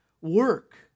work